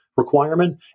Requirement